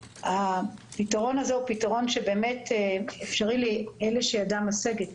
הפתרון הזה הוא פתרון שבאמת אפשרי לאלה שידם משגת.